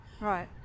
right